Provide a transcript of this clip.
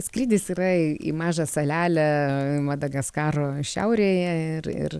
skrydis yrai į mažą salelę madagaskaro šiaurėje ir ir